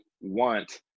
want